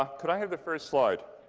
ah could i have the first slide?